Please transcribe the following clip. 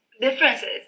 differences